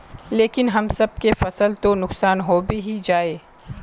लेकिन हम सब के फ़सल तो नुकसान होबे ही जाय?